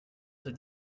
ces